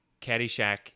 caddyshack